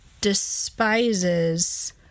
despises